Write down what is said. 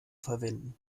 verwenden